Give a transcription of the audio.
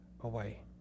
away